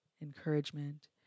encouragement